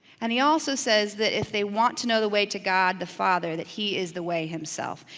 and he also says that if they want to know the way to god the father, that he is the way himself.